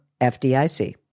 FDIC